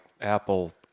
apple